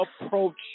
approach